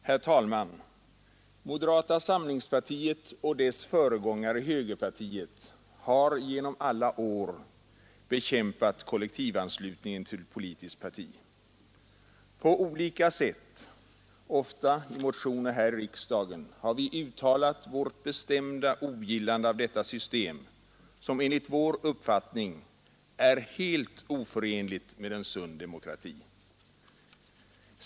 Herr talman! Moderata samlingspartiet och dess föregångare högerpartiet har genom alla år bekämpat kollektivanslutningen till politiskt parti. På olika sätt — ofta i motioner i riksdagen — har vi uttalat vårt bestämda ogillande av detta system, som enligt vår uppfattning är helt oförenligt med en sund demokrati.